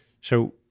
So-